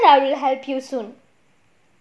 so then I will help you soon